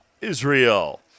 Israel